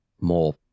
more